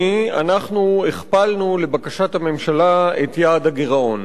אנחנו הכפלנו, לבקשת הממשלה, את יעד הגירעון.